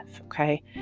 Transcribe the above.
Okay